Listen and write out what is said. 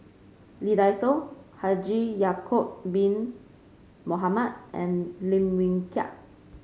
Lee Dai Soh Haji Ya'acob Bin Mohamed and Lim Wee Kiak